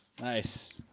Nice